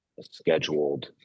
scheduled